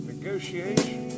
Negotiation